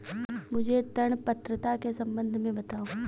मुझे ऋण पात्रता के सम्बन्ध में बताओ?